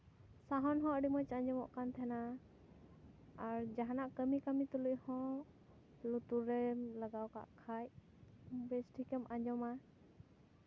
sound ᱦᱚᱸ ᱟᱹᱰᱤ ᱢᱚᱡᱽ ᱟᱸᱡᱚᱢᱚᱜ ᱠᱟᱱ ᱛᱟᱦᱮᱱᱟ ᱟᱨ ᱡᱟᱦᱟᱱᱟᱜ ᱠᱟᱹᱢᱤ ᱠᱟᱹᱢᱤ ᱛᱩᱞᱩᱡ ᱦᱚᱸ ᱞᱩᱛᱩᱨ ᱨᱮ ᱞᱟᱜᱟᱣ ᱠᱟᱜ ᱠᱷᱟᱡ ᱵᱮᱥ ᱴᱷᱤᱠᱮᱢ ᱟᱸᱡᱚᱢᱟ